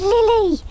Lily